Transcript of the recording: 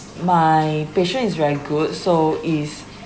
my patience is very good so is